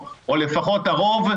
או לפחות הרוב,